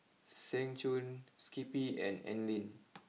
Seng Choon Skippy and Anlene